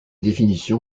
définition